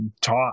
talk